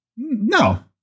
No